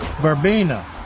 Verbena